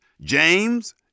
James